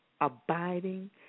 abiding